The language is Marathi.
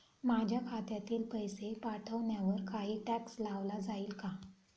माझ्या खात्यातील पैसे पाठवण्यावर काही टॅक्स लावला जाईल का?